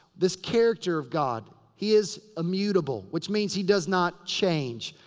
this character of god. he is immutable. which means he does not change.